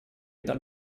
dal